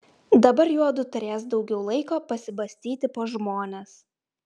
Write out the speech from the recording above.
dabar juodu turės daugiau laiko pasibastyti po žmones